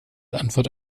antwort